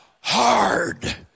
hard